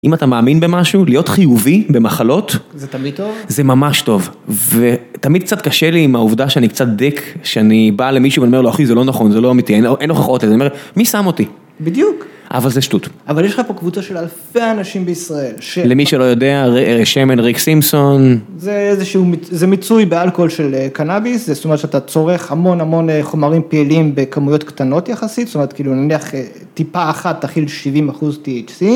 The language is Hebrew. אם אתה מאמין במשהו, להיות חיובי במחלות. זה תמיד טוב? זה ממש טוב. ותמיד קצת קשה לי עם העובדה שאני קצת דיק, שאני בא למישהו ואומר לו, אחי, זה לא נכון, זה לא אמיתי, אין הוכחות. אני אומר, מי שם אותי? בדיוק. אבל זה שטות. אבל יש לך פה קבוצה של אלפי אנשים בישראל. למי שלא יודע, שמן, ריק סימפסון. זה איזה שהוא, זה מיצוי באלכוהול של קנאביס, זאת אומרת שאתה צורך המון המון חומרים פעילים בכמויות קטנות יחסית, זאת אומרת, כאילו, נניח טיפה אחת תכיל 70 אחוז THC.